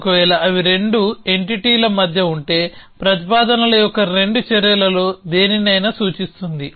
ఒకవేళ అవి రెండు ఎంటిటీల మధ్య ఉంటే ప్రతిపాదనల యొక్క రెండు చర్యలలో దేనినైనా సూచిస్తుంది